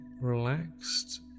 relaxed